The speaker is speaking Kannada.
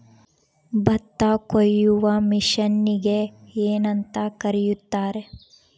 ಭತ್ತ ಕೊಯ್ಯುವ ಮಿಷನ್ನಿಗೆ ಏನಂತ ಕರೆಯುತ್ತಾರೆ?